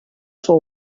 for